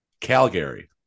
Calgary